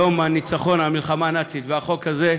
יום הניצחון על גרמניה הנאצית, וגם את החוק הזה,